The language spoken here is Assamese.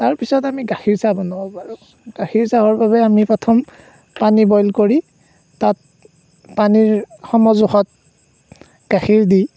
তাৰপিছত আমি গাখীৰ চাহ বনাব পাৰোঁ গাখীৰ চাহৰ বাবে আমি প্ৰথম পানী বইল কৰি তাত পানীৰ সমজোখত গাখীৰ দি